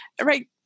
right